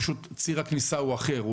פשוט ציר הכניסה הוא אחר,